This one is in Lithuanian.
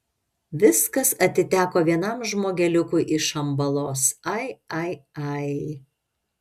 viskas atiteko vienam žmogeliukui iš šambalos ai ai ai